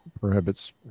prohibits